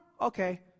Okay